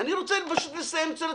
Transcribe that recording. אני רוצה פשוט לסיים.